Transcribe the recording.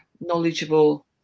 knowledgeable